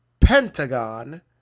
Pentagon